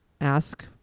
ask